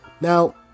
Now